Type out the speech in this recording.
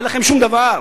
אין לכם שום דבר.